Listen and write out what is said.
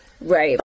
Right